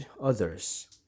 others